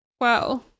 Wow